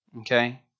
Okay